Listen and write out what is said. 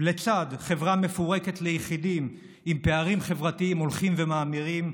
ולצד חברה מפורקת ליחידים עם פערים חברתיים הולכים ומאמירים,